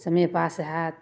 समय पास हैत